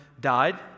died